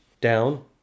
down